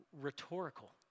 rhetorical